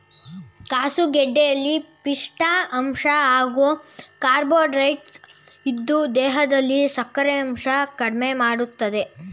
ಕೆಸುಗೆಡ್ಡೆಲಿ ಪಿಷ್ಠ ಅಂಶ ಹಾಗೂ ಕಾರ್ಬೋಹೈಡ್ರೇಟ್ಸ್ ಇದ್ದು ದೇಹದಲ್ಲಿ ಸಕ್ಕರೆಯಂಶ ಕಡ್ಮೆಮಾಡ್ತದೆ